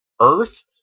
earth